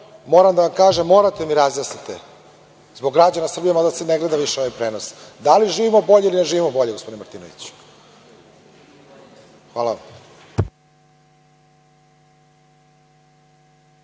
moram da vam kažem, morate da mi razjasnite zbog građana Srbije, mada se ne gleda više ovaj prenos, da li živimo bolje ili ne živimo bolje gospodine Martinoviću? Hvala.